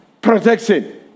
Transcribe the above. protection